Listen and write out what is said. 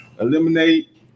Eliminate